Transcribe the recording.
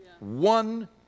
One